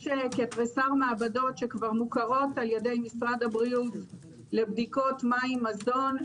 יש כתריסר מעבדות שכבר מוכרות על ידי משרד הבריאות לבדיקות מים ומזון,